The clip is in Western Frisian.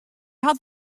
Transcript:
hat